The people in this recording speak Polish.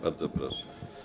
Bardzo proszę.